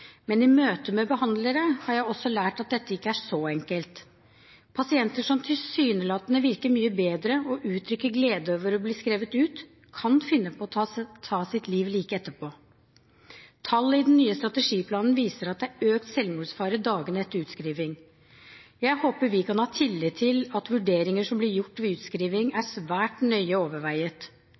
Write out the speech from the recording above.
Men i møte med behandlere har jeg også lært at dette ikke er så enkelt. Pasienter som tilsynelatende virker mye bedre og uttrykker glede over å bli skrevet ut, kan finne på å ta sitt liv like etterpå. Tall i den nye strategiplanen viser at det er økt selvmordsfare dagene etter utskriving. Jeg håper vi kan ha tillit til at vurderingene som ble gjort ved utskriving, er svært nøye